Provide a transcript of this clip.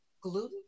gluten